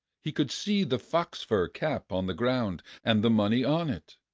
he could see the fox-fur cap on the ground, and the money on it,